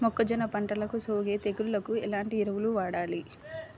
మొక్కజొన్న పంటలకు సోకే తెగుళ్లకు ఎలాంటి ఎరువులు వాడాలి?